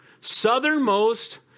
southernmost